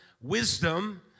wisdom